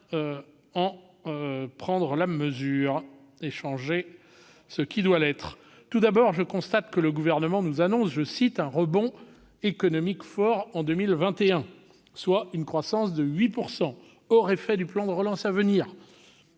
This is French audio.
en prendre la mesure pour changer ce qui doit l'être. Tout d'abord, le Gouvernement nous annonce « un rebond économique fort en 2021 », soit une croissance de 8 %,« hors effet du plan de relance à venir